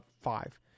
five